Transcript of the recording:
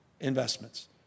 investments